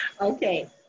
Okay